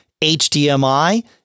HDMI